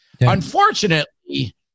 unfortunately